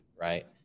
right